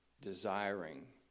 desiring